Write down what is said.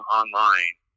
online